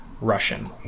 Russian